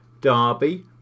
Derby